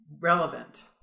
relevant